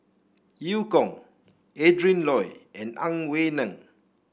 Eu Kong Adrin Loi and Ang Wei Neng